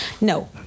No